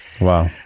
wow